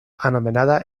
anomenada